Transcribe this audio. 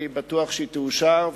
אני בטוח שהיא תאושר,